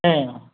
ꯎꯝ